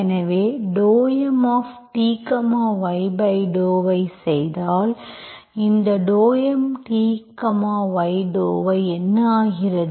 எனவே ∂Mty∂y செய்தால் இந்த ∂Mty∂y என்ன ஆகிறது